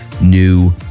new